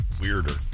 weirder